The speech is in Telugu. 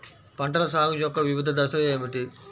పంటల సాగు యొక్క వివిధ దశలు ఏమిటి?